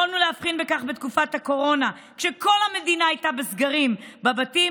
יכולנו להבחין בכך בתקופת הקורונה: כשכל המדינה הייתה בסגרים בבתים,